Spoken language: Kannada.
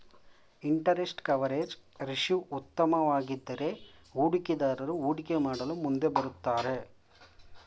ಇಂಟರೆಸ್ಟ್ ಕವರೇಜ್ ರೇಶ್ಯೂ ಉತ್ತಮವಾಗಿದ್ದರೆ ಹೂಡಿಕೆದಾರರು ಹೂಡಿಕೆ ಮಾಡಲು ಮುಂದೆ ಬರುತ್ತಾರೆ